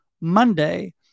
Monday